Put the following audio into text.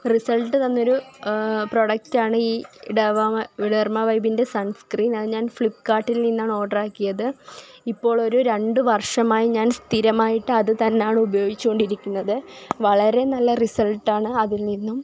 result തന്നൊരു product ആണ് ഈ ടെര്മ ടെര്മാ വൈബിന്റെ സണ് സ്ക്രീം അത് ഞാന് ഫ്ലിപ്പ് കാര്ട്ടില് നിന്നാണ് ഓര്ഡറാക്കിയത് ഇപ്പോളൊരു രണ്ടു വര്ഷമായി ഞാന് സ്ഥിരമായിട്ട് അതു തന്നാണ് ഉപയോഗിച്ചു കൊണ്ടിരിക്കുന്നത് വളരെ നല്ല റിസള്ട്ടാണ് അതില് നിന്നും